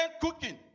cooking